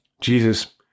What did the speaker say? Jesus